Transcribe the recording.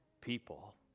people